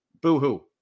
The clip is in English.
Boo-hoo